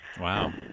Wow